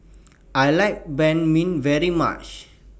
I like Banh MI very much